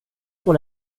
pour